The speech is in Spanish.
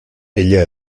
ella